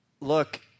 look